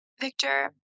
Victor